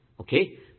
okay